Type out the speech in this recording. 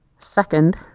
second,